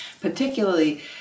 Particularly